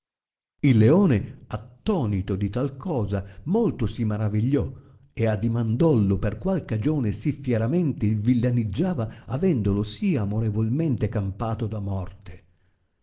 il leone attonito di tal cosa molto si maravigliò e addimandouo per qual cagione si fieramente il villanniggiava avendolo sì amorevolmente campato da morte